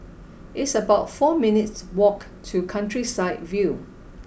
it's about four minutes' walk to countryside view